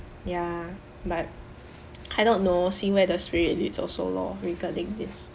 ya but I don't know see where the spirit leads also lor regarding this